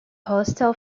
hostel